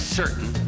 certain